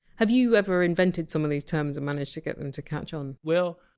have you ever invented some of these terms and managed to get them to catch on well.